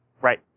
Right